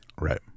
right